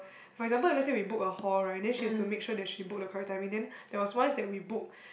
for example let's say we book a hall right then she has to make sure that she book the correct timing then there was once that we book